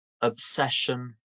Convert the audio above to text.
obsession